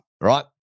Right